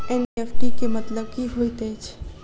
NEFT केँ मतलब की होइत अछि?